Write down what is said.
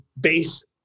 base